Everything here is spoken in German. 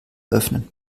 öffnen